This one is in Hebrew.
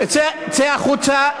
צא החוצה.